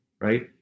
right